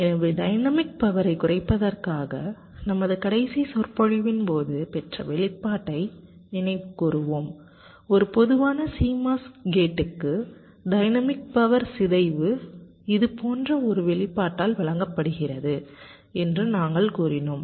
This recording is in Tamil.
எனவே டைனமிக் பவர்ஐ குறைப்பதற்காக நமது கடைசி சொற்பொழிவின் போது பெற்ற வெளிப்பாட்டை நினைவுகூருவோம் ஒரு பொதுவான CMOS கேட்டுக்கு டைனமிக் பவர் சிதைவு இது போன்ற ஒரு வெளிப்பாட்டால் வழங்கப்படுகிறது என்று நாங்கள் கூறினோம்